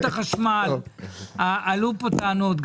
לרשות החשמל עלו פה טענות,